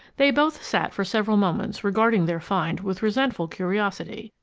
they both sat for several moments regarding their find with resentful curiosity.